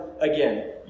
again